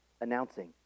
announcing